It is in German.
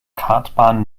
kartbahn